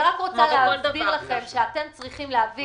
אתם צריכים להבין